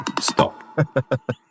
stop